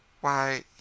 Why